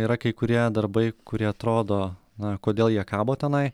yra kai kurie darbai kurie atrodo na kodėl jie kabo tenai